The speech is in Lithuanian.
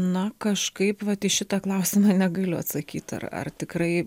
na kažkaip vat į šitą klausimą negaliu atsakyt ar ar tikrai